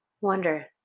Wonder